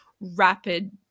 rapid